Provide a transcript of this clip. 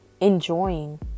enjoying